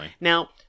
Now